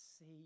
see